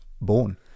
born